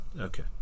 Okay